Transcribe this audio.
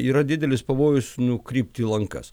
yra didelis pavojus nukrypti į lankas